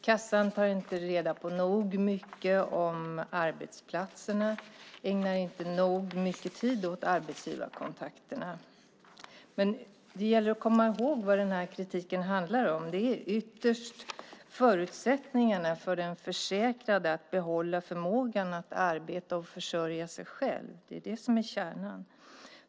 Kassan tar inte reda på nog mycket om arbetsplatserna och ägnar inte nog mycket tid åt arbetsgivarkontakterna. Det gäller att komma ihåg vad kritiken handlar om. Det är ytterst förutsättningarna för den försäkrade att behålla förmågan att arbeta och försörja sig själv. Det är kärnan.